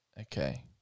Okay